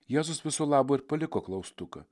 jėzus viso labo ir paliko klaustuką